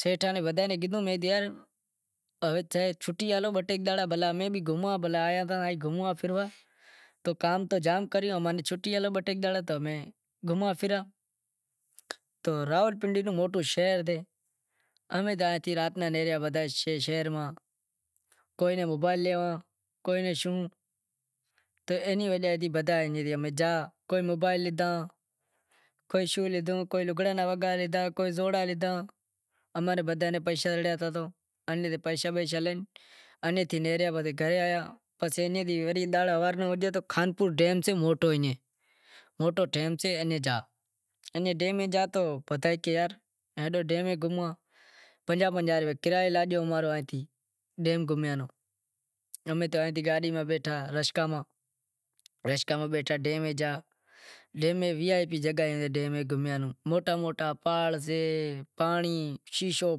سیٹھاں نی موں کیدہو کہ شوٹی ڈو امیں گھوموا پھراوا آیا ہتا تو کام جام کریو تو راول پنڈی نو موٹو شہر تھی امیں رات را نیہریا بدہا شہر میں اینی وجہ تھی بدہا شہر ماں نیہریا تو کوئی شوں لیدہا کوئی شوں لیدہا امیں بدہا نیںپیشا زڑیا تو پیشا بیشا لے پسے گھرے آیا تو خانپور ڈیم سے موٹو ڈیم سے بدہا کہے کہ یار ڈیم ماں گھوماں، پنجاہ پنجاہ روپیا کرایو لاگو، ڈیم میں وی آئی پی جگہاں ہتیں، موٹا موٹا پہاڑ سے پانڑی شیہشو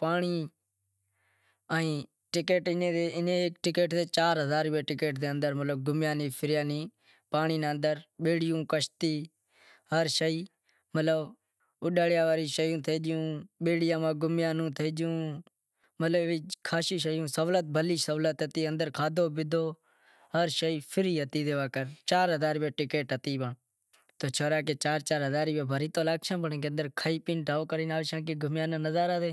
پانڑی ٹکیٹ سے چار ہزار روپیا رو بیڑیا میں گھومیا نیں اندر کھادہو پیدہو ہر شے فری سے۔